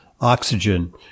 oxygen